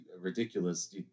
ridiculous